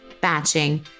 batching